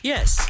Yes